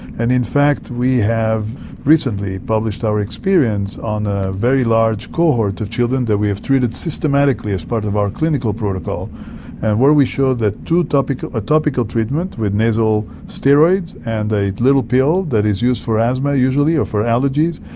and in fact we have recently published our experience on a very large cohort of children that we have treated systematically as part of our clinical protocol and where we showed that a topical treatment with nasal steroids, and a little pill that is used for asthma usually or for allergies,